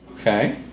okay